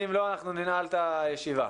אם לא, אנחנו ננעל את הישיבה.